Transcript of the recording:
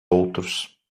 outros